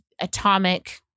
atomic